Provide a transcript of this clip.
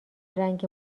رنگ